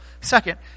Second